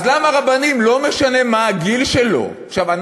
אז למה רבנים, לא משנה מה הגיל שלהם?